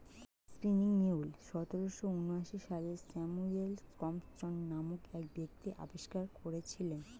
spinning mule সতেরোশো ঊনআশি সালে স্যামুয়েল ক্রম্পটন নামক এক ব্যক্তি আবিষ্কার করেছিলেন